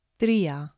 tria